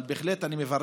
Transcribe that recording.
אבל אני בהחלט מברך